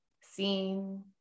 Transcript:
seen